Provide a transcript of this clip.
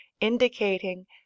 indicating